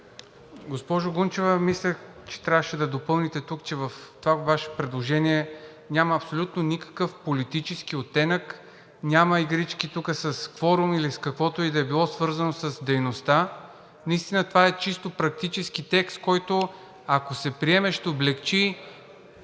Госпожо Гунчева, мисля, че трябваше да допълните, че в това Ваше предложение няма абсолютно никакъв политически оттенък, няма игрички с кворума или с каквото и да било, свързано с дейността. Наистина това е чисто практически текст и ако се приеме, ще облекчи